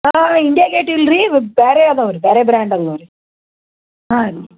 ಹಾಂ India gate ಇಲ್ಲ ರೀ ಬೇರೆ ಅದಾವ ರೀ ಬೇರೆ ಬ್ರಾಂಡ್ ಅದಾವ ರೀ ಹಾಂ ರೀ